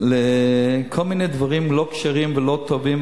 פרצה לכל מיני דברים לא כשרים ולא טובים,